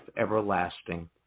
everlasting